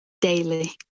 daily